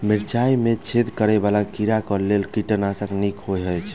मिर्चाय मे छेद करै वला कीड़ा कऽ लेल केँ कीटनाशक नीक होइ छै?